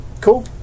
Cool